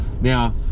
Now